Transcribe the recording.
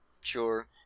Sure